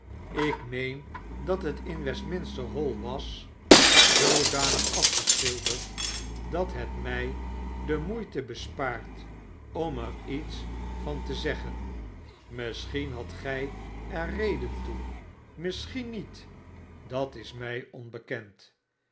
ik meen dat het in westminster hall was zoodanig afgeschilderd dat het mij de moeite bespaartom er iets van te zeggen misschien had gij er reden toe misschien niet dat is mij onbekend